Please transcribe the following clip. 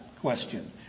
question